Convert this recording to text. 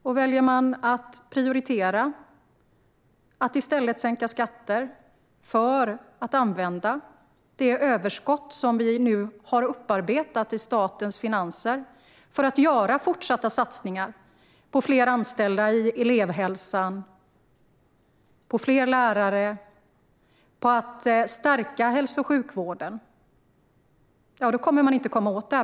Man kommer inte att komma åt detta problem om man väljer att prioritera att sänka skatter i stället för att använda det överskott som vi nu har upparbetat i statens finanser för att göra fortsatta satsningar på fler anställda i elevhälsan, på fler lärare och på att stärka hälso och sjukvården.